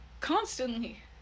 constantly